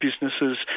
businesses